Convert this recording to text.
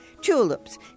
Tulips